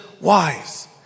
wise